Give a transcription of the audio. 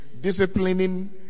disciplining